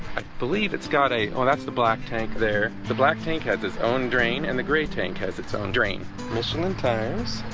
i believe it's got a oh, that's the black tank there the black tank has its own drain and the grey tank has its own drain michelin tires